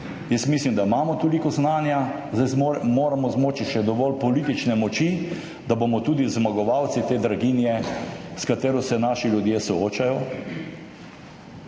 jaz mislim, da imamo toliko znanja, da zmoremo [oz. imamo] še dovolj politične moči, da bomo tudi zmagovalci te draginje, s katero se soočajo